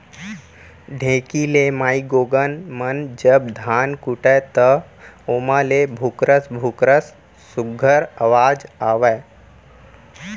ढेंकी ले माईगोगन मन जब धान कूटय त ओमा ले भुकरस भुकरस सुग्घर अवाज आवय